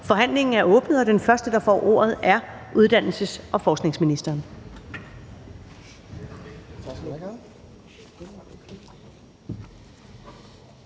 Forhandlingen er åbnet. Den første, der får ordet, er uddannelses- og forskningsministeren.